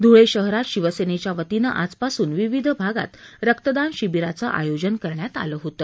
ध्रळे शहरात शिवसेनेच्या वतीनं आज पासून विविध भागात रक्तदान शिबिरांचं आयोजन करण्यात आलं होतं